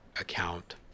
account